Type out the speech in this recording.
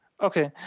Okay